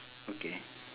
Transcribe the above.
okay